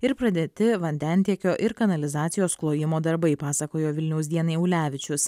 ir pradėti vandentiekio ir kanalizacijos klojimo darbai pasakojo vilniaus dienai ulevičius